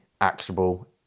actionable